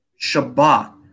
Shabbat